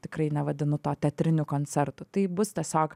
tikrai nevadinu to teatriniu koncertu tai bus tiesiog